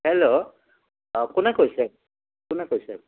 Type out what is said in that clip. hello কোনে কৈছে কোনে কৈছে